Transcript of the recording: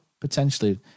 potentially